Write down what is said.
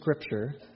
Scripture